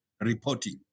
reporting